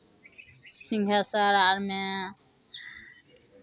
सिंहेश्वर आरमे